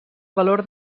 valor